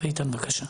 איתן בבקשה.